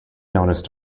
noticed